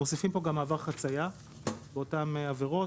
מוסיפים פה גם מעבר חציה באותן עבירות.